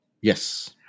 Yes